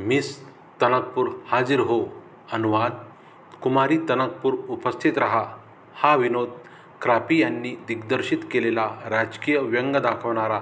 miss Tanakpur Haazir Ho अनुवाद कुमारी तनकपूर उपस्थित रहा हा विनोद क्राप्री यांनी दिग्दर्शित केलेला राजकीय व्यंग दाखवणारा